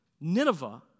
Nineveh